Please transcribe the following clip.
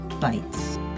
bites